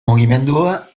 mugimendua